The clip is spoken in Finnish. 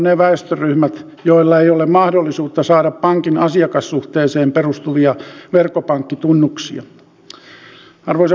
muutamina esimerkkeinä on tietenkin pakko mainita myös kotiseudultani pohjois suomesta kaksi tiehanketta